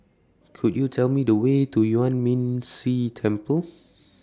Could YOU Tell Me The Way to Yuan Ming Si Temple